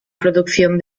producción